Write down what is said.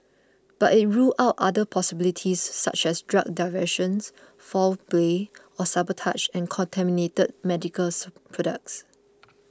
but it ruled out other possibilities such as drug diversion foul play or sabotage and contaminated medical products